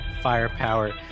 firepower